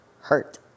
hurt